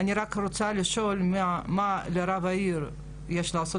אני רק רוצה לשאול מה לרב העיר יש לעשות